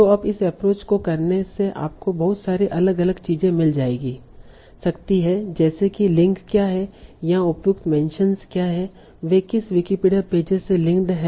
तो अब इस एप्रोच को करने से आपको बहुत सारी अलग अलग चीजें मिल सकती हैं जैसे कि लिंक क्या हैं यहां उपयुक्त मेंशनस क्या हैं वे किस विकिपीडिया पेजेज से लिंक हैं